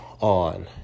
on